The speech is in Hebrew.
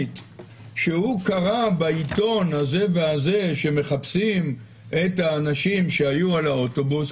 שהוא קרא בעיתון מסוים שמחפשים את האנשים שהיו על האוטובוס,